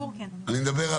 אני מדבר,